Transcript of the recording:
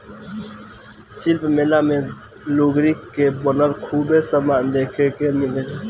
शिल्प मेला मे लुगरी के बनल खूबे समान देखे के मिलेला